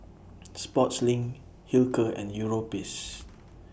Sportslink Hilker and Europace